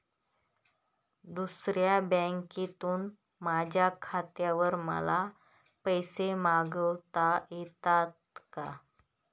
दुसऱ्या बँकेतून माझ्या खात्यावर मला पैसे मागविता येतात का?